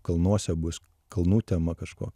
kalnuose bus kalnų tema kažko